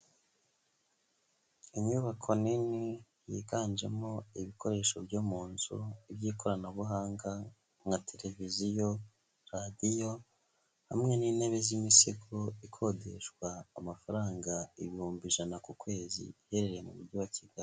Inyubako nini yiganjemo ibikoresho byo mu nzu, iby'ikoranabuhanga nka televiziyo, radiyo, hamwe n'intebe z'imisego, ikodeshwa amafaranga ibihumbi ijana ku kwezi, iherereye mu Mujyi wa Kigali.